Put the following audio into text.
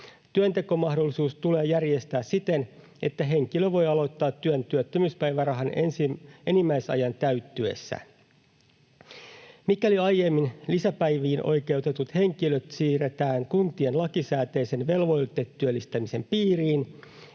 Työntekomahdollisuus tulee järjestää siten, että henkilö voi aloittaa työn työttömyyspäivärahan enimmäisajan täyttyessä. Mikäli aiemmin lisäpäiviin oikeutetut henkilöt siirretään kuntien lakisääteisen velvoitetyöllistämisen piiriin,